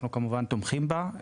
אנחנו, כמובן, תומכים בה.